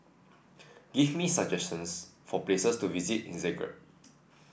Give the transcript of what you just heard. give me some suggestions for places to visit in Zagreb